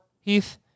Heath